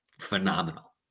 phenomenal